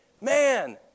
man